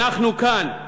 אנחנו כאן.